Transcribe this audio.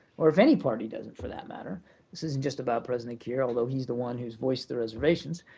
or if any party doesn't for that matter this isn't just about president kiir, although he's the one who's voiced the reservations